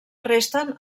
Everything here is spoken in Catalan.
resten